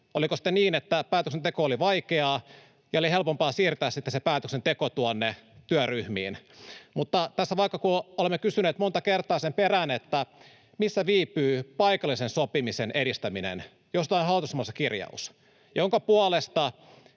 Oliko sitten niin, että päätöksenteko oli vaikeaa ja oli helpompaa siirtää se päätöksenteko tuonne työryhmiin? Mutta vaikka olemme kysyneet monta kertaa sen perään, missä viipyy paikallisen sopimisen edistäminen, josta on hallitusohjelmassa kirjaus, jonka puolesta